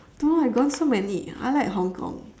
no I gone so many I like hong-kong